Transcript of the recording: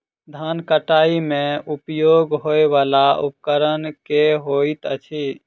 धान कटाई मे उपयोग होयवला उपकरण केँ होइत अछि?